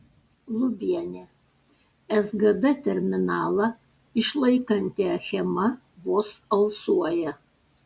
lubienė sgd terminalą išlaikanti achema vos alsuoja